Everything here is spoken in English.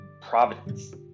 providence